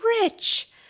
rich